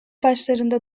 başlarında